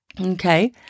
Okay